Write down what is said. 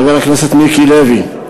חבר הכנסת מיקי לוי.